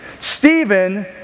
Stephen